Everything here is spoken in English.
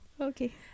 Okay